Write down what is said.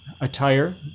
attire